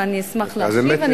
ואני אשמח להשיב.